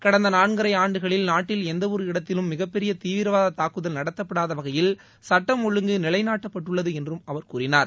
கடந்த நான்கரை ஆண்டுகளில் நாட்டில் எந்தவொரு இடத்திலும் மிகப்பெரிய தீவிரவாத தங்குதல் நடத்தப்படாத வகையில் சுட்டம் ஒழுங்கு நிலைநாட்டப்பட்டுள்ளது என்றும் அவர் கூறினார்